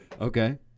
Okay